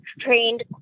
trained